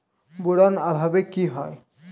Boron অভাবে কি হয়?